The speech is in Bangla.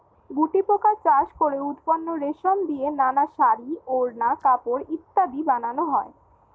গুটিপোকা চাষ করে উৎপন্ন রেশম দিয়ে নানা শাড়ী, ওড়না, কাপড় ইত্যাদি বানানো হয়